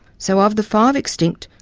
so of the five extinct,